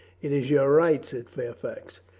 it is your right, said fairfax.